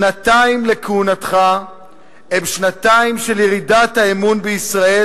שנתיים לכהונתך הן שנתיים של ירידת האמון בישראל,